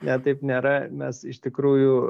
ne taip nėra mes iš tikrųjų